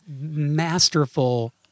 masterful